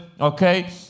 Okay